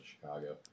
Chicago